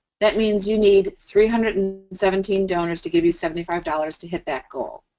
that means you need three hundred and seventeen donors to give you seventy five dollars to hit that goal.